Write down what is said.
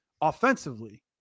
offensively